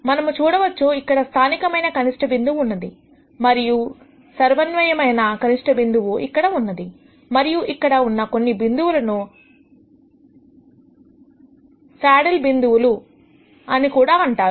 మనము చూడవచ్చు ఇక్కడ స్థానికమైన కనిష్ట బిందువు ఉన్నది మరియు సర్వన్వయమైన కనిష్ట బిందువు ఇక్కడ ఉన్నది మరియు ఇక్కడ ఉన్న కొన్ని బిందువులను సాడిల్ బిందువులు అని కూడా అంటారు